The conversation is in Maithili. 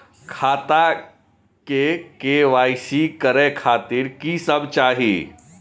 खाता के के.वाई.सी करे खातिर की सब चाही?